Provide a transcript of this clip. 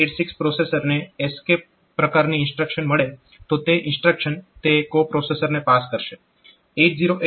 જો 8086 પ્રોસેસરને એસ્કેપ પ્રકારની ઇન્સ્ટ્રક્શન મળે તો તે ઇન્સ્ટ્રક્શન તે કો પ્રોસેસરને પાસ કરશે